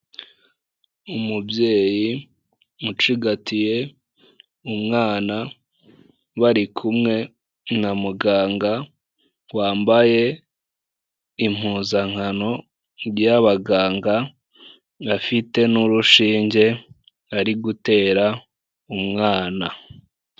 Umubyeyi ucigatiye umwana, bari kumwe na muganga wambaye impuzankano y'abaganga, afite n'urushinge ari gutera umwana.